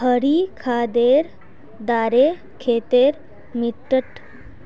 हरी खादेर द्वारे खेतेर मिट्टित